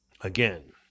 again